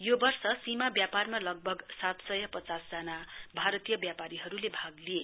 यो वर्ष सीमा व्यापारमा लगभग सातसय पचास जना भारतीय व्यापारीहरुले भाग लिए